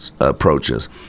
approaches